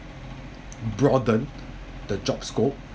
broaden the job scope